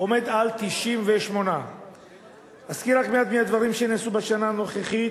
עומד על 98. אזכיר רק מעט מהדברים שנעשו בשנה הנוכחית.